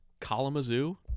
Kalamazoo